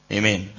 Amen